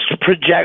project